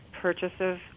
purchases